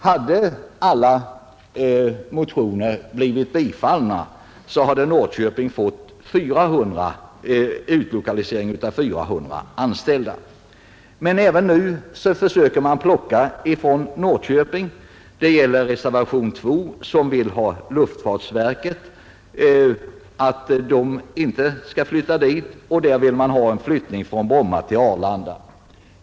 Hade alla motioner blivit bifallna, så hade Norrköping fått utlokalisering av 400 anställda i stället för 1 800. Men även nu försöker man plocka från Norrköping. Reservationen 2 vill att luftfartsverket inte skall flytta dit utan från Bromma till Arlanda.